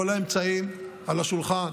כל האמצעים על השולחן,